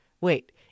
Wait